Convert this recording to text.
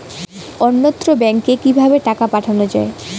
অন্যত্র ব্যংকে কিভাবে টাকা পাঠানো য়ায়?